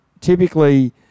Typically